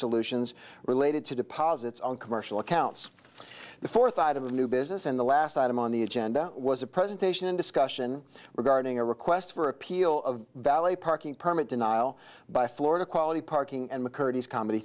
solutions related to deposits on commercial accounts the fourth item of new business and the last item on the agenda was a presentation and discussion regarding a request for appeal of valet parking permit denial by florida quality parking and mccurdy comedy